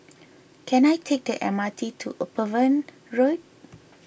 can I take the M R T to Upavon Road